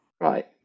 Right